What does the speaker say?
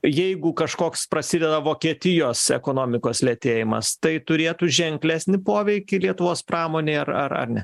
jeigu kažkoks prasideda vokietijos ekonomikos lėtėjimas tai turėtų ženklesnį poveikį lietuvos pramonei ar ar ar ne